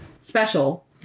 special